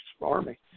army